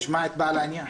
נשמע את בעל העניין.